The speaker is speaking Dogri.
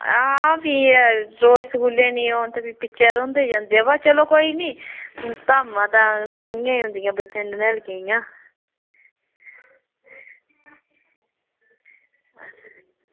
आं थे भी रोज़ स्कूलै निं औन तां पिच्छें रौहंदे जंदे बा कोई निं धामां तां खानियां होंदिया ननिहालियें दी